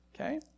Okay